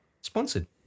sponsored